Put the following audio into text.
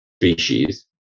species